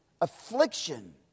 affliction